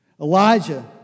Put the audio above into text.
Elijah